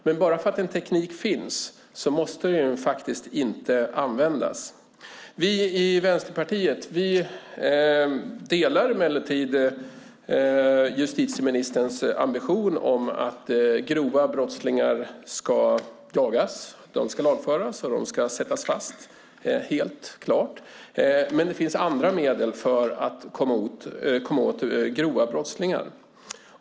Men bara för att en teknik finns måste den inte användas. Vi i Vänsterpartiet delar emellertid justitieministerns ambition att grova brottslingar ska jagas. De ska lagföras och sättas fast - helt klart. Men det finns andra medel för att komma åt grova brottslingar.